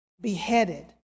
beheaded